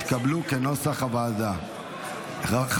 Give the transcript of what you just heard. כנוסח הוועדה, התקבלו.